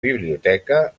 biblioteca